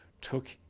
took